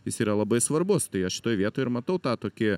jis yra labai svarbus tai aš šitoj vietoj ir matau tą tokį